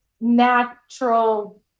natural